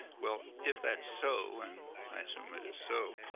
well, if that's so, and i assume it is so,